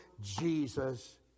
Jesus